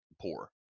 poor